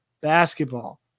basketball